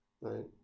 Right